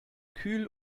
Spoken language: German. kühl